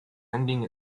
ending